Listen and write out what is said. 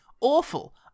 Awful